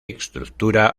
estructura